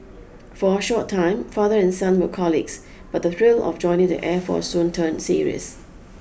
for a short time father and son were colleagues but the thrill of joining the air force soon turned serious